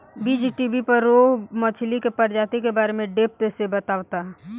बीज़टीवी पर रोहु मछली के प्रजाति के बारे में डेप्थ से बतावता